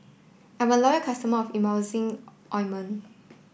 I'm a loyal customer of Emulsying Ointment